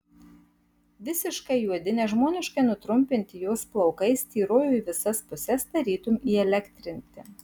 visiškai juodi nežmoniškai nutrumpinti jos plaukai styrojo į visas puses tarytum įelektrinti